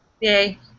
Yay